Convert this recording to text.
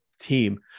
team